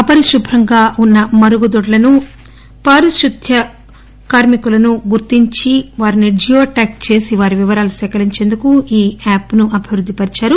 అపరిశుభ్రంగా వున్న మరుగుదొడ్లను పారిశుధ్య కార్మికులను గుర్తించి వారిని జియోట్యాగ్ చేసి వారి వివరాలను నమోదు చేసేందుకు ఈ యాప్ ను అభిబృద్ది పరిచారు